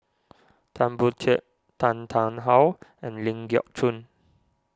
Tan Boon Teik Tan Tarn How and Ling Geok Choon